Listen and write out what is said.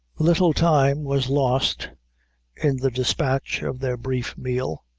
little time was lost in the despatch of their brief meal,